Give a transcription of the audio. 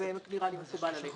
זה נראה לי מקובל עלינו.